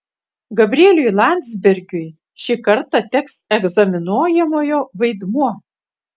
gabrieliui landsbergiui šį kartą teks egzaminuojamojo vaidmuo